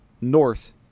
north